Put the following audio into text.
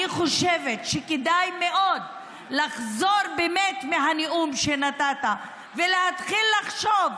אני חושבת שכדאי מאוד לחזור מהנאום שנתת ולהתחיל לחשוב,